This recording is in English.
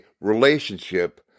relationship